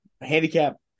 handicap